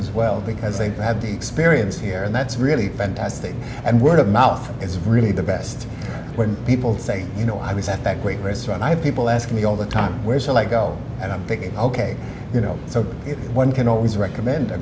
as well because they had the experience here and that's really fantastic and word of mouth is really the best when people say you know i was at that great restaurant i had people ask me all the time where shall i go and i'm picking ok you know so if one can always recommend a